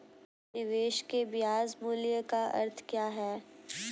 निवेश के ब्याज मूल्य का अर्थ क्या है?